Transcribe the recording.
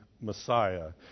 Messiah